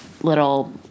little